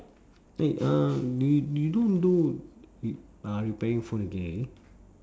eh uh do you you don't do repairing phone again